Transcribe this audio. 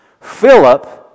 Philip